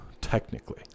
technically